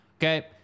okay